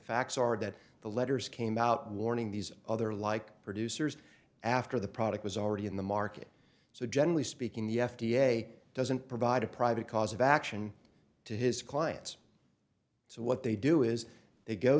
facts are that the letters came out warning these other like producers after the product was already in the market so generally speaking the f d a doesn't provide a private cause of action to his clients so what they do is they go